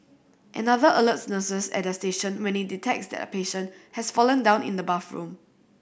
another alerts nurses at their station when it detects that a patient has fallen down in the bathroom